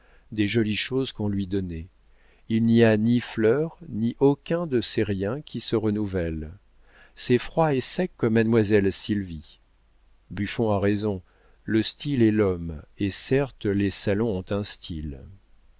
des jolies choses qu'on lui donnait il n'y a ni fleurs ni aucun de ces riens qui se renouvellent c'est froid et sec comme mademoiselle sylvie buffon a raison le style est l'homme et certes les salons ont un style